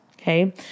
Okay